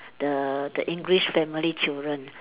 the the English family children